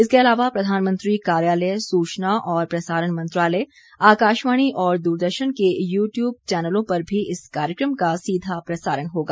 इसके अलावा प्रधानमंत्री कार्यालय सूचना और प्रसारण मंत्रालय आकाशवाणी और दूरदर्शन के यूट्यूब चैनलों पर भी इस कार्यक्रम का सीधा प्रसारण होगा